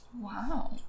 wow